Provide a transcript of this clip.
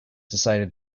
decided